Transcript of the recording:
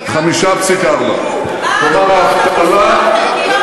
5.4%. מה עם יוקר